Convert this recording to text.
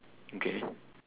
okay